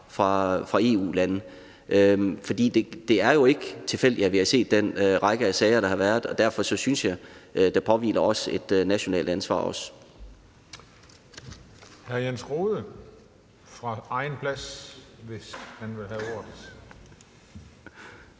for dem. For det er jo ikke tilfældigt, at vi har set den række sager, der har været, og derfor synes jeg også, at der påhviler os et nationalt ansvar. Kl. 12:32 Den fg. formand (Christian Juhl): Hr.